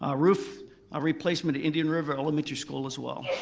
ah roof ah replacement at indian river elementary school as well.